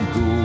go